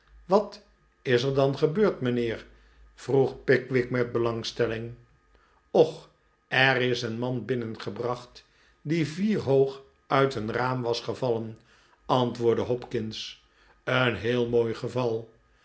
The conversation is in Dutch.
wat is er dan gebeurd mijnheer vroeg pickwick met belangstelling och er is een man binnengebracht die vierhoog uit een raam was gevallen antwoordde hopkins een heel mooi geval